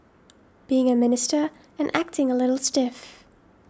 being a Minister and acting a little stiff